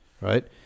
right